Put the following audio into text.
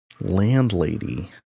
Landlady